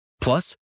Plus